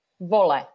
vole